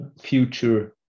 future